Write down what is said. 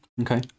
Okay